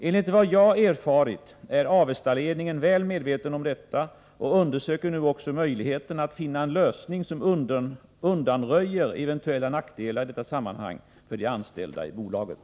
Enligt vad jag erfarit är Avestaledningen väl medveten om detta och undersöker också möjligheterna att finna en lösning som undanröjer eventuella nackdelar i detta sammanhang för de anställda i bolaget.